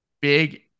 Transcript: Big